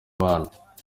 bana